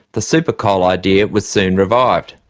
the supercoal idea was soon revived.